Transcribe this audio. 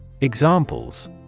Examples